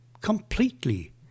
completely